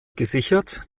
gesichert